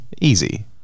Easy